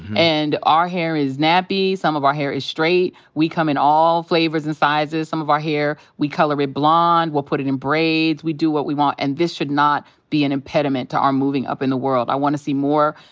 and our hair is nappy. some of our hair is straight. we come in all flavors and sizes. some of our hair we color it blonde. we'll put it in braids. we do what we want. and this should not be an impediment to our moving up in the world. i want to see more,